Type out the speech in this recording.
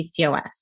PCOS